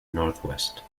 northwest